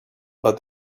but